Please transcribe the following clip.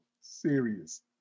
Serious